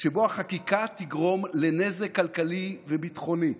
שבו החקיקה תגרום נזק כלכלי וביטחוני.